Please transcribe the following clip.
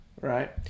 right